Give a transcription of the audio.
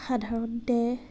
সাধাৰণতে